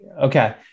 Okay